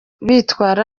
bitwara